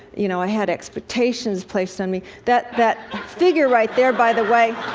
you know, i had expectations placed on me. that that figure right there, by the way,